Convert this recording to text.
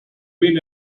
wen